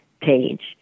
page